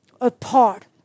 apart